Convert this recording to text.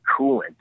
coolant